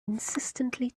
insistently